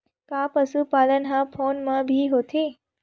का पशुपालन ह फोन म भी होथे?